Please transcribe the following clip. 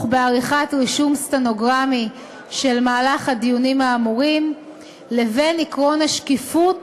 בעריכת רישום סטנוגרמי של מהלך הדיונים האמורים לבין עקרון השקיפות